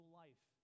life